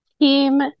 Team